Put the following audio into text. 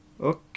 Okay